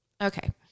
okay